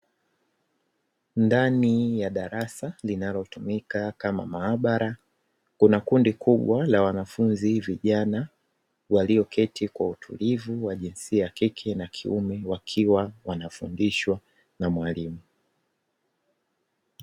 Ndani ya darasa linalotumika kama maabara, kuna kundi kubwa la wanafunzi vijana walioketi kwa utulivu, wa jinsia ya kike na kiume wakiwa wanafundishwa na mwalimu.